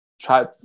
try